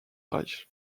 reich